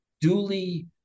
duly